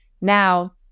Now-